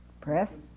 Press